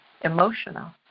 emotional